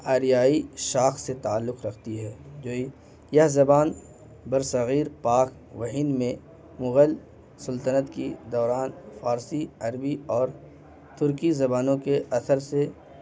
آریائی شاخ سے تعلق رکھتی ہے جو یہ یہ زبان بر صغیر پاک و ہند میں مغل سلطنت کی دوران فارسی عربی اور ترکی زبانوں کے اثر سے